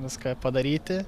viską padaryti